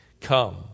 come